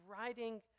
writing